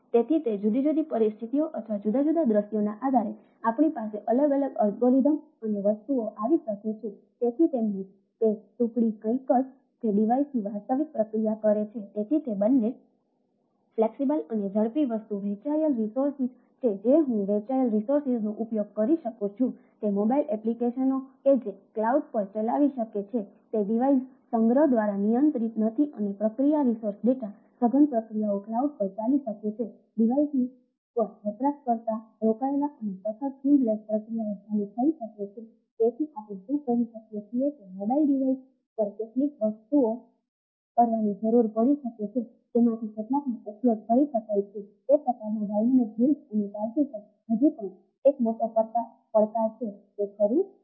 તેથી તે જુદી જુદી પરિસ્થિતિઓ અથવા જુદા જુદા દૃશ્યોના આધારે આપણી પાસે અલગ અલગ અલગોરીધમ અને પાર્ટીશન હજી પણ એક મોટો પડકાર છે તે ખરું છે